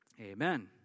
Amen